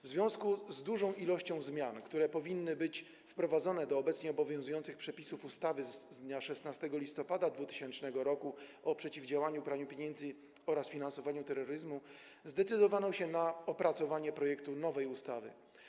W związku z dużą ilością zmian, które powinny być wprowadzone do obecnie obowiązujących przepisów ustawy z dnia 16 listopada 2000 r. o przeciwdziałaniu praniu pieniędzy oraz finansowaniu terroryzmu, zdecydowano się na opracowanie nowej ustawy.